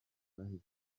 twahisemo